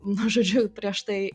nu žodžiu prieš tai